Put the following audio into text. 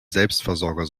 selbstversorger